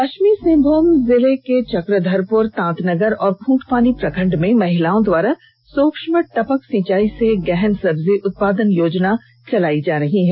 पशिचमी सिंहभूम जिले के चक्रधरपुर तांतानगर और खूंटपानी प्रखंडों में महिलाओं द्वारा सूक्ष्म टपक सिंचाई से गहन सब्जी उत्पादन योजना चलाई जा रही है